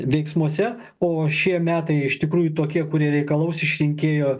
veiksmuose o šie metai iš tikrųjų tokie kurie reikalaus iš rinkėjų